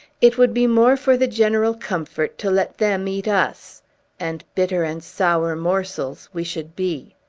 it would be more for the general comfort to let them eat us and bitter and sour morsels we should be!